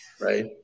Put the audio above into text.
right